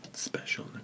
Special